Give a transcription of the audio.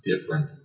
different